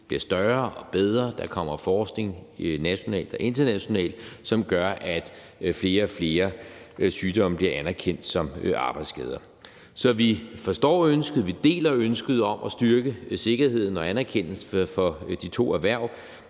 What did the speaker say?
bliver større og bedre; der laves forskning nationalt og internationalt, som bevirker, at flere og flere sygdomme bliver anerkendt som arbejdsskader. Så vi forstår og deler ønsket om at styrke sikkerheden og anerkendelsen for de to erhverv,